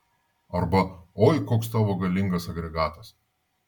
arba oi koks tavo galingas agregatas